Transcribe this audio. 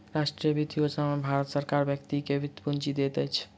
राष्ट्रीय वृति योजना में भारत सरकार व्यक्ति के वृति पूंजी दैत अछि